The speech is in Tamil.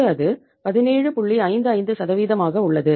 55 ஆக உள்ளது